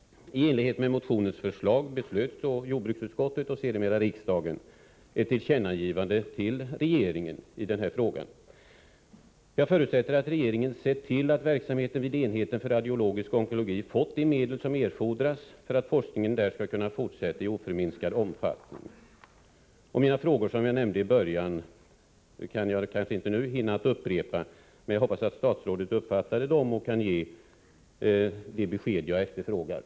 Jag förutsätter att regeringen har sett till att verksamheten vid enheten för radiologisk onkologi fått de medel som erfordras för att forskningen där skall kunna fortsätta i oförminskad omfattning. De frågor som jag ställde i början av mitt anförande hinner jag kanske inte upprepa, men jag hoppas att statsrådet har uppfattat dem och kan ge de besked som jag har efterfrågat.